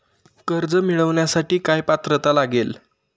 कर्ज मिळवण्यासाठी काय पात्रता लागेल?